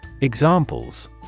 Examples